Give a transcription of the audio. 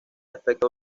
aspecto